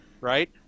Right